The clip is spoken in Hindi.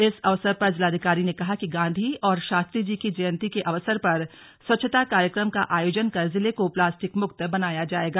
इस अवसर पर जिलाधिकारी ने कहा कि गांधी और शास्त्री जी की जयन्ती के अवसर पर स्वच्छता कार्यक्रम का आयोजन कर जिले को प्लास्टिक मुक्त बनाया जाएगा